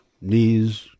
knees